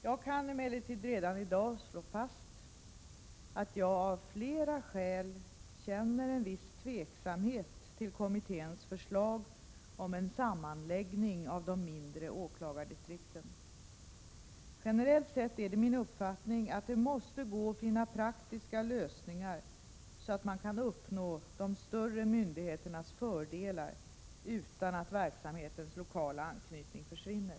Jag kan emellertid redan i dag slå fast att jag av flera skäl känner en viss tveksamhet till kommitténs förslag om en sammanläggning av de mindre åklagardistrikten. Generellt sett är det min uppfattning att det måste gå att finna praktiska lösningar, så att man kan uppnå de större myndigheternas fördelar utan att verksamhetens lokala anknytning försvinner.